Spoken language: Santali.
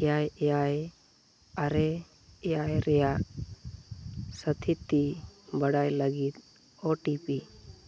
ᱮᱭᱟᱭ ᱮᱭᱟᱭ ᱟᱨᱮ ᱮᱭᱟᱭ ᱨᱮᱭᱟᱜ ᱥᱟᱹᱛᱷᱤᱛᱤ ᱵᱟᱲᱟᱭ ᱞᱟᱹᱜᱤᱫ ᱳᱴᱤᱯᱤ